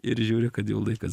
ir žiūriu kad jau laikas